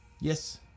Yes